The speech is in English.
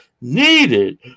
needed